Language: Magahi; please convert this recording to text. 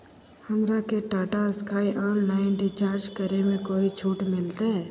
हमरा के टाटा स्काई ऑनलाइन रिचार्ज करे में कोई छूट मिलतई